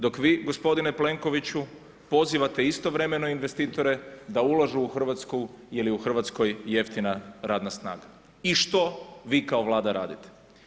Dok vi, gospodine Plenkoviću, pozivate istovremeno investitore da ulažu u Hrvatsku jer je u Hrvatskoj jeftina radna snaga i što vi kao vlada radite?